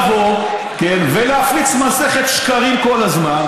לבוא ולהפיץ מסכת שקרים כל הזמן,